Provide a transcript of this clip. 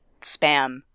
spam